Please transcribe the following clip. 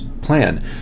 plan